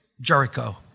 Jericho